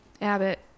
Abbott